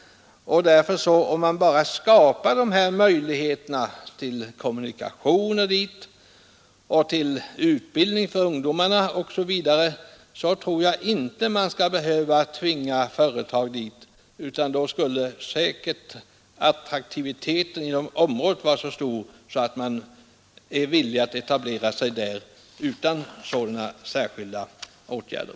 Om man därför bara skapar bättre kommunikationer dit, utbildning för ungdomarna osv. tror jag inte att man skall behöva tvinga företag dit, utan då skulle säkerligen områdets attraktion vara så stor, att företagen vore villiga att etablera sig där utan särskilda åtgärder.